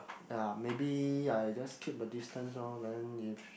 ya maybe I just keep a distance lor then if